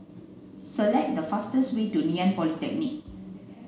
select the fastest way to Ngee Ann Polytechnic